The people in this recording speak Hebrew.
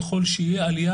ככל שיהיה,